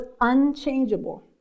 unchangeable